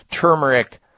turmeric